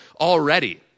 already